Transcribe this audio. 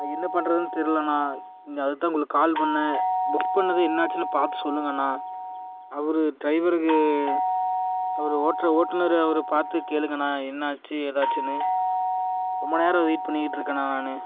என்ன பண்ணுறதுன்னு தெரிலண்ணா நான் அதுக்கு தான் உங்களுக்கு கால் பண்ணிணேன் புக் பண்ணது என்னாச்சுன்னு பார்த்து சொல்லுங்கண்ணா அவரு டிரைவர்க்கு அவர் ஓடுற ஓட்டுநர் அவரை பார்த்து கேளுங்கண்ணா என்னாச்சு ஏதாச்சின்னு ரொம்ப நேரம் வெயிட் பண்ணிகிட்டு இருக்கண்ணா நானும்